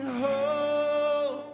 hope